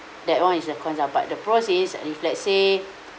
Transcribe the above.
that one is the cons ah but the pros is if let's say